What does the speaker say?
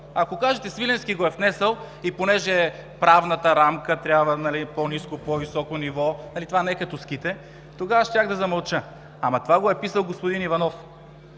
Ако кажете: Свиленски го е внесъл, и понеже правната рамка трябва да е в по-ниско, в по-високо ниво, това не е като ските, тогава щях да замълча, ама това го е писал господин Иванов.